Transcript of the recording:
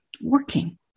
working